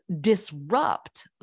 disrupt